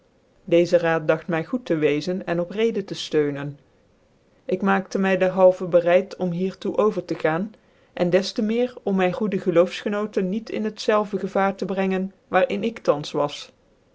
dcezc raad dacht my goed tc weeze cn op reden te ftcuncn ik maakte mf dcrhalvcn bereid om hier toe over tc gaan cn des tc meer om mijn goede geloofsgenoten niet in het zelve gevaar te brengen waar in ik thans was